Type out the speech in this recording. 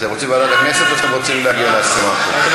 לא, לא עבודה ורווחה.